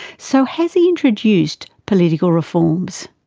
so, has he introduced political reforms?